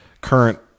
current